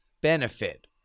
benefit